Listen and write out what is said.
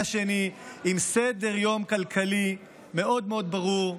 השנייה עם סדר-יום כלכלי מאוד מאוד ברור.